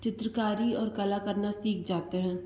चित्रकारी और कला करना सीख जाते हैं